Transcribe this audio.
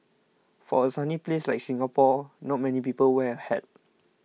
for a sunny place like Singapore not many people wear a hat